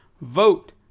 vote